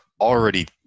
already